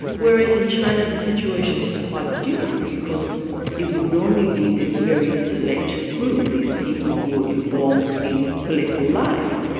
whereas in china the situation is quite different because it would only be this very select group, these people who were involved in political life,